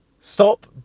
Stop